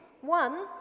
One